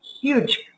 huge